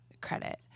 credit